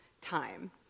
time